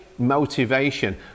motivation